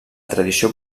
tradició